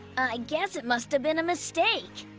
i guess it must've been a mistake.